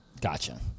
Gotcha